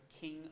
king